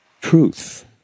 truth